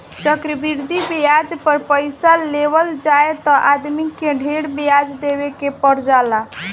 चक्रवृद्धि ब्याज पर पइसा लेवल जाए त आदमी के ढेरे ब्याज देवे के पर जाला